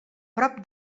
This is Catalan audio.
prop